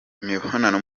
imibonano